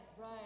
right